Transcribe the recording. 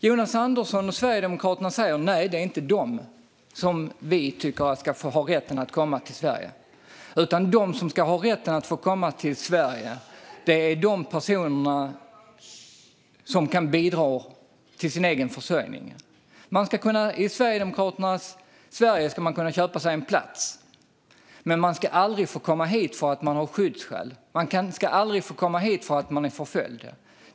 Jonas Andersson och Sverigedemokraterna säger: Nej, det är inte de som vi tycker ska ha rätten att komma till Sverige. De som ska ha rätten att komma till Sverige är de personer som kan bidra till sin egen försörjning. I Sverigedemokraternas Sverige ska man kunna köpa sig en plats, men man ska aldrig få komma hit för att man har skyddsskäl. Man ska aldrig få komma hit för att man är förföljd.